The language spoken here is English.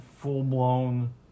Full-blown